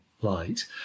light